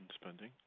spending